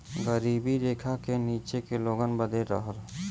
गरीबी रेखा के नीचे के लोगन बदे रहल